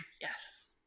Yes